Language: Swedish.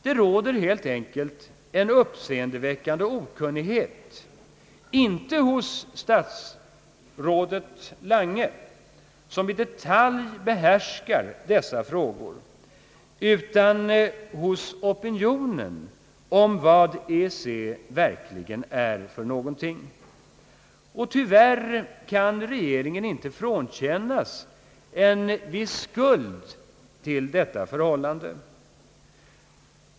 Det råder helt enkelt en uppseendeväckande okunnighet — inte hos statsrådet Lange, som i detalj behärskar dessa frågor, utan hos opinionen — om vad EEC verkligcen är för någonting. Tyvärr kan regeringen inte frånkännas en viss skuld till detta förhållande.